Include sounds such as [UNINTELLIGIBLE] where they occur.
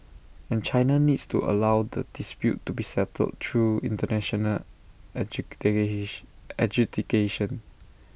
and China needs to allow the dispute to be settled through International [UNINTELLIGIBLE] adjudication